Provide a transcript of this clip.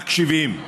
מקשיבים.